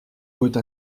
côte